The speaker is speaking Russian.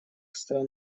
стран